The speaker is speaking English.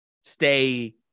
stay